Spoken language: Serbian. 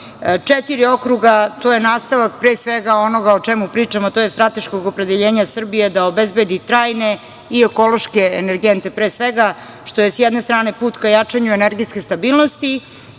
malo. Četiri okruga, to je nastavak pre svega onoga o čemu pričamo, tj. strateškog opredeljenja Srbije da obezbedi trajne i ekološke energente pre svega, što je s jedne strane put ka jačanju energetske stabilnosti